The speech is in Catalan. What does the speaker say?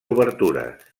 obertures